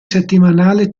settimanale